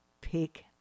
pick